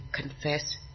confess